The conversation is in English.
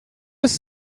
was